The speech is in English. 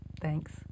Thanks